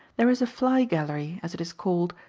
there is a fly-gallery, as it is called,